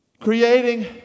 creating